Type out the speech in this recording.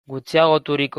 gutxiagoturiko